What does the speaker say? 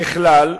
ככלל,